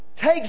Take